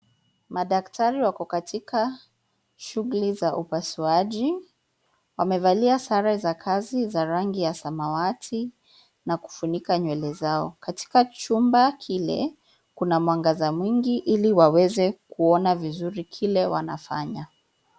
Madaktari wako katika shughuli za upasuaji, wamevalia sare za kazi za rangi ya samawati na kufunika nywele zao. Katika chumba kile kuna mwangaza mwingi ili waweze kuona vizuri kile wanafanya.